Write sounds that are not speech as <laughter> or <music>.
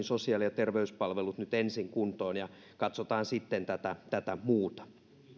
<unintelligible> sosiaali ja terveyspalvelut nyt ensin kuntoon ja katsotaan sitten tätä tätä muuta